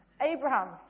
Abraham